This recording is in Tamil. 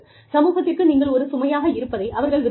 சமூகத்திற்கு நீங்கள் ஒரு சுமையாக இருப்பதை அவர்கள் விரும்பவில்லை